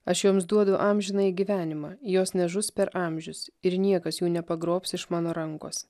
aš jums duodu amžinąjį gyvenimą jos nežus per amžius ir niekas jų nepagrobs iš mano rankos